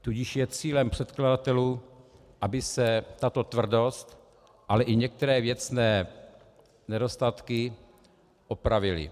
Tudíž cílem předkladatelů je, aby se tato tvrdost, ale i některé věcné nedostatky opravily.